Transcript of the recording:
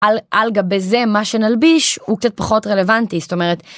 על גבי זה מה שנלביש הוא קצת פחות רלוונטי זאת אומרת.